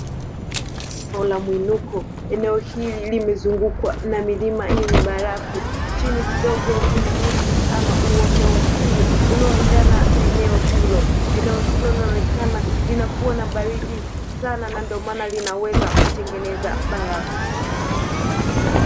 Eneo la muinuko, eneo hili limezungukwa na milima yenye barafu, chini kidogo kuna miti ama uoto wa asili unaoendana na eneo hilo. Eneo hilo linaonekana linakuwa na baridi sana na ndio maana linaweza kutengeneza barafu.